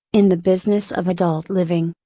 in the business of adult living.